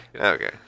okay